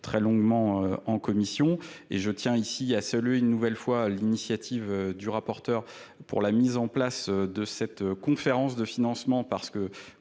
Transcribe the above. très longuement. en commission et je tiens ici à saluer une nouvelle fois l'initiative du rapporteur. pour la mise en place de cette conférence de financement parce que,